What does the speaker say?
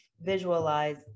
visualize